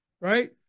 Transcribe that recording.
right